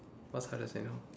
what's hard to say no